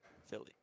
Philly